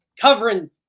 covering –